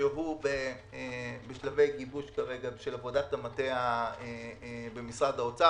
שנמצא בשלבי גיבוש של עבודת המטה במשרד האוצר,